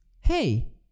hey